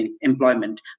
employment